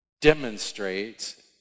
demonstrates